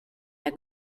der